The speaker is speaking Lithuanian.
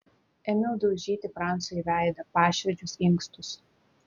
ėmiau daužyti francui į veidą paširdžius inkstus